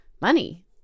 money